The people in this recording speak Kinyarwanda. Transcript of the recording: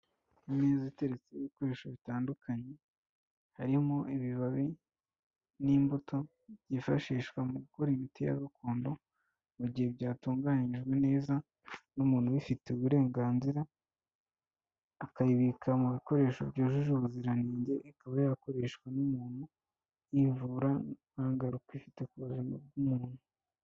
Imeza iteretseho ibikoresho bitandukanye harimo ibibabi n'imbuto byifashishwa mu gukora imiti ya gakondo mu gihe byatunganyijwe neza n'umuntu ubifitiye uburenganzira, akayibika mu bikoresho byujuje ubuziranenge ikaba yakoreshwa n'umuntu yivura nta ngaruka ifite ku buzima bw'umuntu.